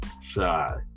shy